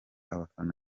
abafana